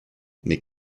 mais